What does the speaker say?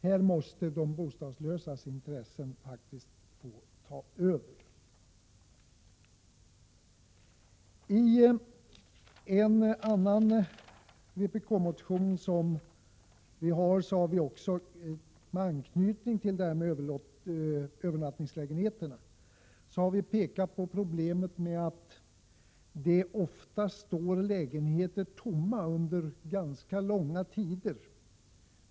Här måste de bostadslösas intressen faktiskt få ta över. I en annan vpk-motion med anknytning till frågan om övernattningslägenheterna har vi pekat på problemet med att det ofta står lägenheter tomma under ganska långa tider.